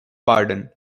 pardon